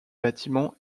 bâtiment